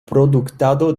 produktado